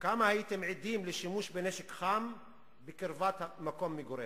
כמה הייתם עדים לשימוש בנשק חם בקרבת מקום מגורכם?